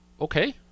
Okay